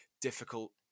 difficult